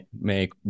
make